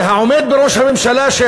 והעומד בראש הממשלה,